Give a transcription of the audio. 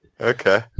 Okay